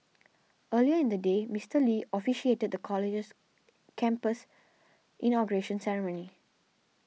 earlier in the day Mister Lee officiated the college's campus inauguration ceremony